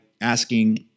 asking